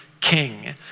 King